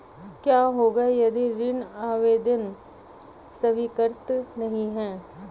क्या होगा यदि ऋण आवेदन स्वीकृत नहीं है?